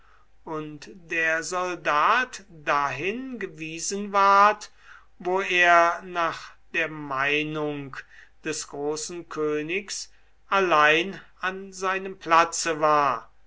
und der soldat dahin gewiesen ward wo er nach der meinung des großen königs allein an seinem platze war